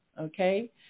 okay